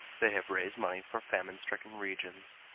they have raised money for famine stricken regions,